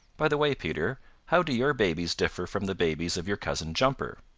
by the way, peter how do your babies differ from the babies of your cousin jumper?